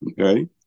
Okay